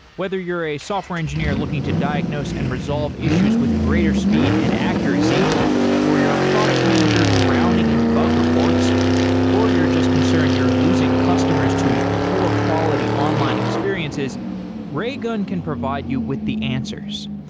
whether you're a software engineer looking to diagnose and resolve issues with greater speed and accuracy or you're a product manager drowning in bug reports or you're just concerned you're losing customers to poor quality online experiences raygun can provide you with the answers.